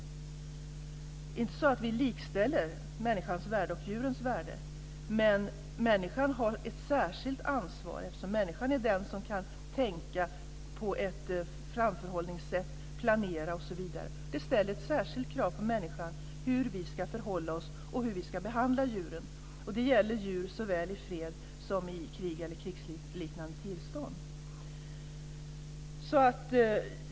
Det är inte så att vi likställer människans värde och djurens värde, men människan har ett särskilt ansvar, eftersom människan är den som kan tänka, ha en framförhållning och planera osv. Det ställer ett särskilt krav på oss människor hur vi ska förhålla oss och hur vi ska behandla djuren. Det gäller djur såväl i fred som i krig eller i krigsliknande tillstånd.